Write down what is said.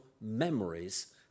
memories